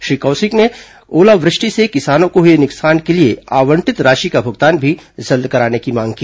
श्री कौशिक ने ओलावृष्टि से किसानों को हुए नुकसान के लिए आवंटित राशि का भुगतान भी जल्द करने की मांग की